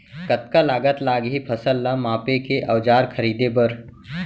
कतका लागत लागही फसल ला मापे के औज़ार खरीदे बर?